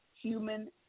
human